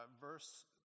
verse